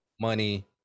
money